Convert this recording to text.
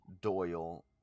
Doyle